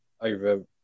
over